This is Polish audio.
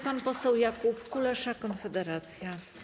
Pan poseł Jakub Kulesza, Konfederacja.